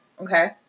Okay